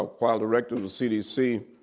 ah while director of cdc,